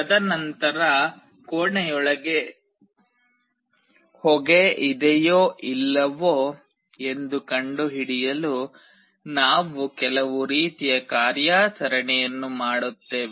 ತದನಂತರ ಕೋಣೆಯೊಳಗೆ ಹೊಗೆ ಇದೆಯೋ ಇಲ್ಲವೋ ಎಂದು ಕಂಡುಹಿಡಿಯಲು ನಾವು ಕೆಲವು ರೀತಿಯ ಕಾರ್ಯಾಚರಣೆಯನ್ನು ಮಾಡುತ್ತೇವೆ